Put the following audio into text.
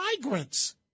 migrants